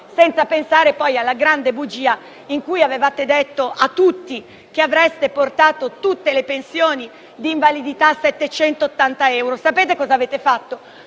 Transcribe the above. non parlare, poi, della grande bugia secondo cui avevate detto a tutti che avreste portato tutte le pensioni di invalidità a 780 euro. Sapete cosa avete fatto?